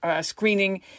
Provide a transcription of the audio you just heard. screening